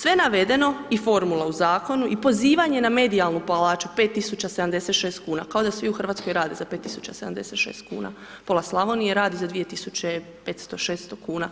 Sve navedeno i formula u Zakonu i pozivanje na medijalnu plaću 5.076,00 kn kao da svi u Hrvatskoj rade za 5076 kuna, pola Slavonije radi za 2500-2600 kuna,